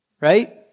Right